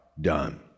done